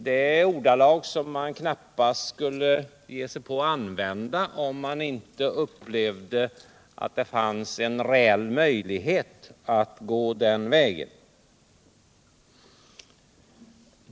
Det är ordalag som man knappast kan ge sig på att använda om man inte upplevde en reell möjlighet att handla på det sättet.